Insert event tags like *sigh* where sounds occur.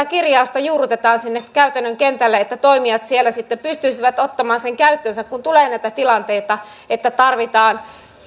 *unintelligible* kirjausta juurrutetaan sinne käytännön kentälle että toimijat siellä sitten pystyisivät ottamaan sen käyttöönsä kun tulee näitä tilanteita että tarvitaan